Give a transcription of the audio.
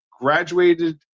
graduated